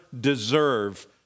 deserve